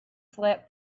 slept